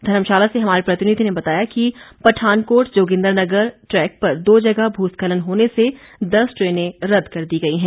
धर्मशाला से हमारे प्रतिनिधि ने बताया कि पठानकोट जोगिन्द्रनगर ट्रेक पर दो जगह भूस्खलन होने से दस ट्रेनें रद्द कर दी गई हैं